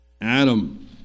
Adam